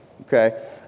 okay